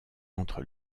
entre